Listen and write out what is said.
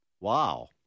Wow